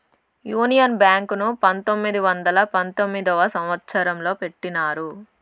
union Bank ను పంతొమ్మిది వందల పంతొమ్మిదవ సంవచ్చరంలో పెట్టినారు